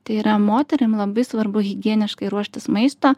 tai yra moterim labai svarbu higieniškai ruoštis maistą